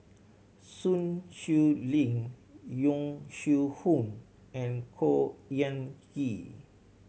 Sun Xueling Yong Shu Hoong and Khor Ean Ghee